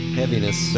heaviness